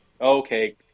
okay